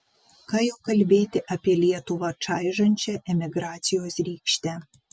ką jau kalbėti apie lietuvą čaižančią emigracijos rykštę